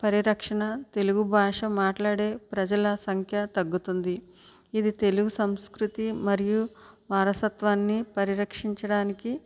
పరిరక్షణ తెలుగు భాష మాట్లాడే ప్రజల సంఖ్య తగ్గుతుంది ఇది తెలుగు సంస్కృతి మరియు వారసత్వాన్ని పరిరక్షించడానికి